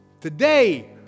Today